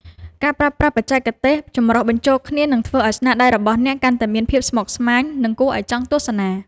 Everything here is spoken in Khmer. ការប្រើប្រាស់បច្ចេកទេសចម្រុះបញ្ចូលគ្នានឹងធ្វើឱ្យស្នាដៃរបស់អ្នកកាន់តែមានភាពស្មុគស្មាញ និង គួរឱ្យចង់ទស្សនា។